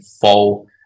fall